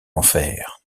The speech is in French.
enfer